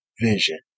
vision